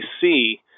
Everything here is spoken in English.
see